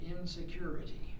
insecurity